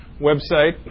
website